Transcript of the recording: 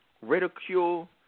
ridicule